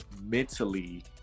mentally